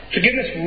Forgiveness